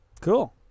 Cool